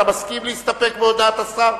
אתה מסכים להסתפק בהודעת השר?